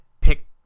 pick